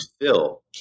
fill